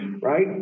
right